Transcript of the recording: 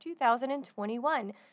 2021